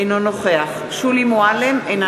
אינו נוכח שולי מועלם-רפאלי,